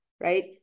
right